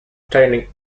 obtaining